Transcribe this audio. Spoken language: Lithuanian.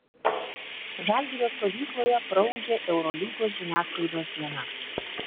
žalgirio stovykloje praūžė eurolygos žiniasklaidos diena